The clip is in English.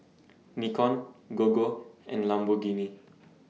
Nikon Gogo and Lamborghini